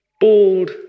bald